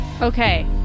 Okay